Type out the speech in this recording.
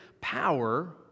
power